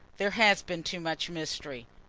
there has been too much mystery.